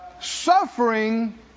suffering